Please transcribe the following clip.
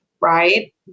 right